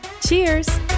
Cheers